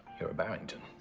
you're a barrington.